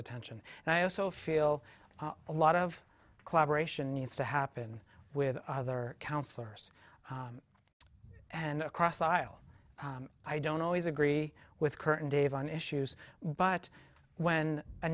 attention and i also feel a lot of collaboration needs to happen with other counselors and across the aisle i don't always agree with curtain dave on issues but when a